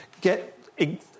get